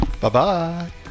Bye-bye